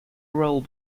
roll